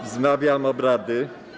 Wznawiam obrady.